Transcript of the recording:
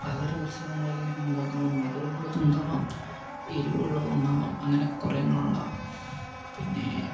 പലതരം ഉത്സവങ്ങളിലെ ഞങ്ങൾ ഉണ്ടാക്കുന്ന മധുരം ഉള്ളതും ഉണ്ടാവാം എരിവുള്ളതും ഉണ്ടാവാം അങ്ങനെ കുറെ എണ്ണങ്ങളുണ്ടാവാം പിന്നേ